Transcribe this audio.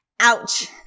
Ouch